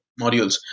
modules